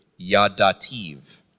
yadativ